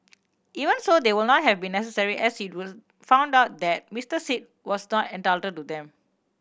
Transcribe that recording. even so they would not have been necessary as it was found out that Mister Sit was not entitled to them